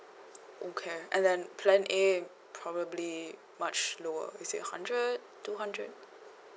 okay and then plan A probably much lower is it hundred two hundred